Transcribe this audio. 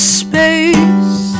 space